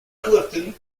clifton